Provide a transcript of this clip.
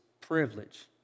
privilege